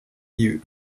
you